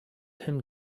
him